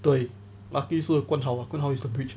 对 lucky 是 guan hao ah guan hao is the bridge